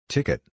Ticket